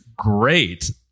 great